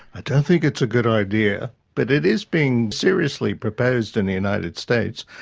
i don't think it's a good idea, but it is being seriously proposed in the united states,